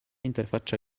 interfaccia